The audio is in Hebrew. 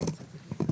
שלום.